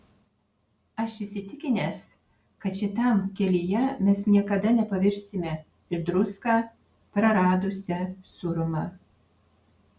aš įsitikinęs kad šitam kelyje mes niekada nepavirsime į druską praradusią sūrumą